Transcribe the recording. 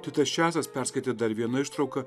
titas česas perskaitė dar vieną ištrauką